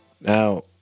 Now